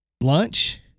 lunch